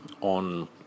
on